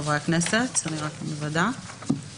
להטיל קנס רק לגבי התקנה של כלי אצירה ראשון,